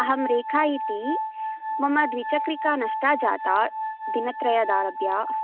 अहं रेखा इति मम द्विचक्रिका नष्टा जाता दिनत्रयादारभ्य